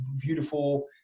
beautiful